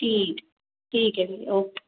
ਠੀਕ ਠੀਕ ਹੈ ਓਕੇ